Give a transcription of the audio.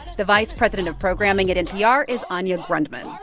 the vice president of programming at npr is anya grundmann.